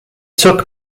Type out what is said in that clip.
took